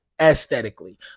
aesthetically